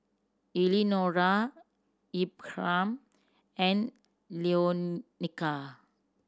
Eleonora Ephram and Leonia